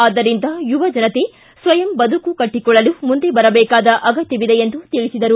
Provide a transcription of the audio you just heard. ಆದ್ದರಿಂದ ಯುವಜನತೆ ಸ್ವಯಂ ಬದುಕು ಕಟ್ಟಕೊಳ್ಳಲು ಮುಂದೆ ಬರದೇಕಾದ ಅಗತ್ತವಿದೆ ಎಂದು ತಿಳಿಸಿದರು